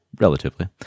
relatively